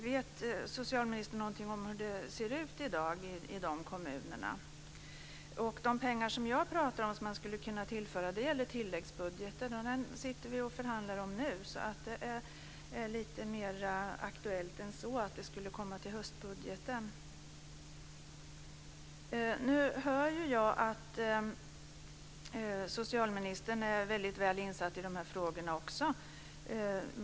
Vet socialministern någonting om hur det ser ut i kommunerna i dag? De pengar som jag talar om som skulle kunna tillföras gäller tilläggsbudgeten. Den sitter vi och förhandlar om nu, så det är lite mer aktuellt än att det skulle komma först i höstbudgeten. Nu hör jag att socialministern är väldigt väl insatt i de här frågorna.